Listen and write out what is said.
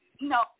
No